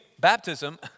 baptism